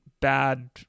bad